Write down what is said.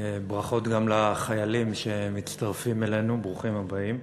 ברכות גם לחיילים שמצטרפים אלינו, ברוכים הבאים.